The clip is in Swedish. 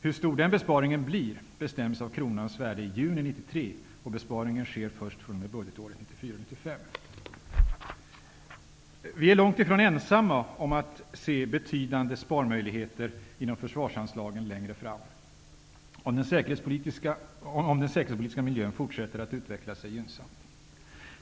Hur stor den besparingen blir bestäms av kronans värde i juni 1993, och besparingen sker först fr.o.m. budgetåret Vi är långt ifrån ensamma om att se betydande sparmöjligheter inom försvarsanslagen längre fram, om den säkerhetspolitiska miljön fortsätter att utveckla sig gynnsamt.